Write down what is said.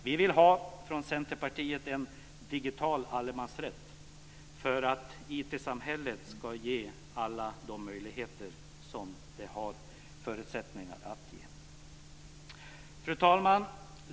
Vi vill från Centerpartiet ha en digital allemansrätt för att IT-samhället ska ge alla de möjligheter som det har förutsättningar att ge. Fru talman!